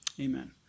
Amen